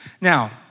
Now